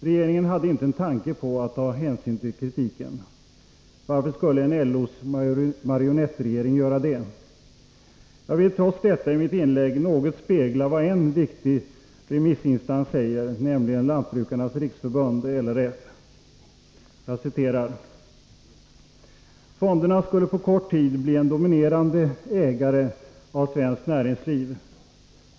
Regeringen hade inte en tanke på att ta hänsyn till kritiken. Varför skulle en LO:s marionettregering göra det? Jag vill trots detta i mitt inlägg något spegla vad en viktig remissinstans säger, nämligen Lantbrukarnas riksförbund, LRF. Man skriver: ”Fonderna skulle på kort tid bli en dominerande ägare av svenskt näringsliv.